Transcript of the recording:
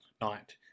night